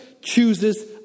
chooses